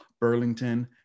Burlington